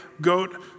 goat